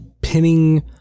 pinning